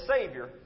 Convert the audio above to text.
Savior